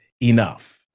enough